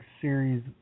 series